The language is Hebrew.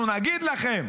אנחנו נגיד לכם